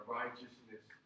righteousness